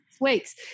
weeks